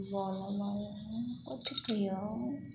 भऽ गेलै आब कथी कहिए